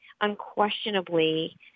unquestionably